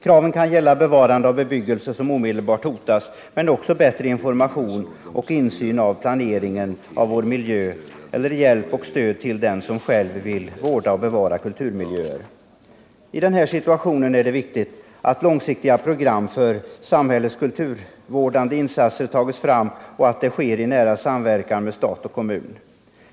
Kraven kan gälla bevarandet av bebyggelse som omedelbart hotas men också bättre information och insyn i planeringen av vår miljö. Kraven kan även gälla hjälp och stöd till den som själv vill vårda och bevara kulturmiljöer. I den här situationen är det viktigt att långsiktiga program för samhällets kulturvårdande insatser tas fram och att det sker i nära samverkan mellan stat och kommun.